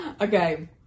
Okay